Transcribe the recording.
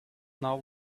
now